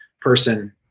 person